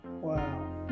Wow